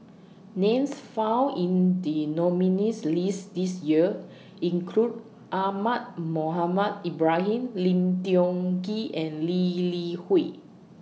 Names found in The nominees' list This Year include Ahmad Mohamed Ibrahim Lim Tiong Ghee and Lee Li Hui